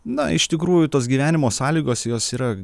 na iš tikrųjų tos gyvenimo sąlygos jos yra